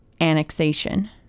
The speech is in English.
annexation